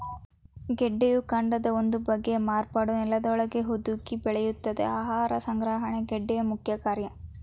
ಗೆಡ್ಡೆಯು ಕಾಂಡದ ಒಂದು ಬಗೆಯ ಮಾರ್ಪಾಟು ನೆಲದೊಳಗೇ ಹುದುಗಿ ಬೆಳೆಯುತ್ತದೆ ಆಹಾರ ಸಂಗ್ರಹಣೆ ಗೆಡ್ಡೆ ಮುಖ್ಯಕಾರ್ಯ